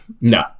No